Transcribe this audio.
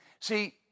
See